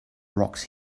rocks